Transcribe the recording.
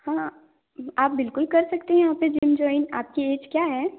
हाँ आप बिल्कुल कर सकते हैं यहाँ पे जिम जॉइन आपकी एज क्या है